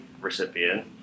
recipient